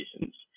reasons